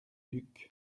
duc